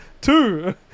two